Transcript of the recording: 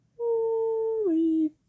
Holy